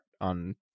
on